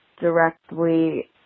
directly